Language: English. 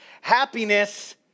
Happiness